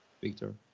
Victor